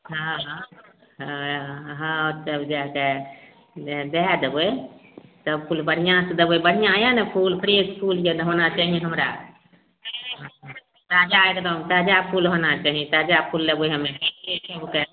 हाँ हाँ हाँ तब जाकऽ जे देहय देबय तब फूल बढ़िआँसँ देबय बढ़िआँ यऽ ने फूल फ्रेश फूल यऽ ने होना चाही हमरा ताजा एकदम ताजा फूल होना चाही ताजा फूल लेबय हमे सबके